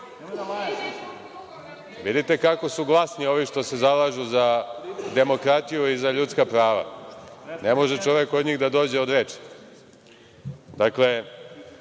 kako su glasni ovi što se zalažu za demokratiju i za ljudska prava, ne može čovek od njih da dođe do